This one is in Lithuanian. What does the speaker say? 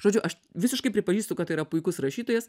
žodžiu aš visiškai pripažįstu kad tai yra puikus rašytojas